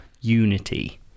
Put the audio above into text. unity